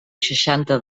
seixanta